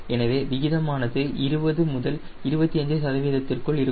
எனவே விகிதமானது சுமார் 20 முதல் 25 சதவீதத்திற்குள் இருக்கும்